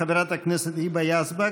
חברת הכנסת היבה יזבק.